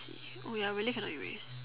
oh ya really can not erase